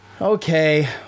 okay